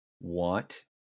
want